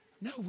No